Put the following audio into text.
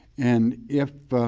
and if